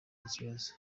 ikibazo